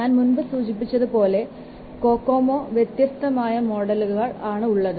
ഞാൻ മുൻപ് സൂചിപ്പിച്ചതുപോലെ കൊക്കൊമോകു വ്യത്യസ്തമായ മോഡലുകൾ ആണുള്ളത്